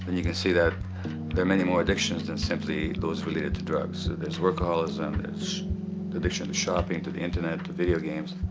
and you see that there are many more addictions than simply those related to drugs. there's workaholism, addiction to shopping, to the internet to video games.